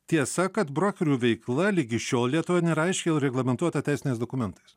tiesa kad brokerių veikla ligi šiol lietuvo nėra aiškiai reglamentuota teisiniais dokumentais